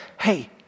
hey